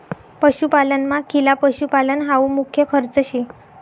पशुपालनमा खिला पशुपालन हावू मुख्य खर्च शे